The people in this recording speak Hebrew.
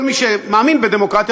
כל מי שמאמין בדמוקרטיה,